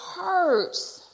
hurts